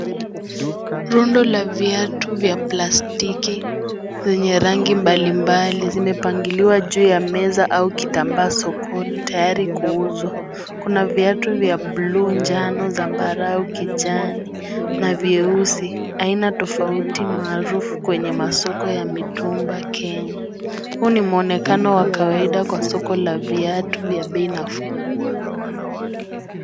Rundo la viatu vya plastiki vyenye rangi mbali mbali zimepangiliwa juu ya meza au kitambaa sokoni tayari kuuzwa kuna viatu za bluu , njano zambarao kijani na vyeusi aina tofauti maarufu kwenye masoko ya mitumba Kenya huu ni muonekano wa kawaida kwa soko la viatu vya bei nafuu.